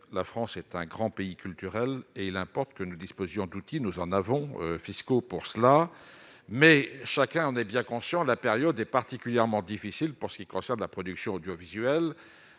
la France est un grand pays, culturel et il importe que nous disposions d'outils, nous en avons fiscaux pour cela mais chacun en est bien conscient de la période est particulièrement difficile pour ce qui concerne la production audiovisuelle,